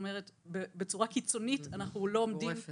כלומר שבצורה קיצונית אנחנו לא עומדים